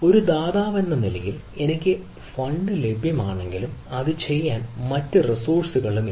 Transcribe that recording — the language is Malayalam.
ഒരു ദാതാവെന്ന നിലയിൽ എനിക്ക് ഫണ്ട് ലഭ്യമാണെങ്കിലും അത് ചെയ്യാൻ എനിക്ക് ഒരു റിസോഴ്സ്കളും ഇല്ല